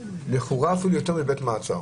לכאורה אפילו יותר מבית מעצר.